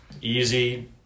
easy